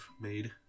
made